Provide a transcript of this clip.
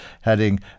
heading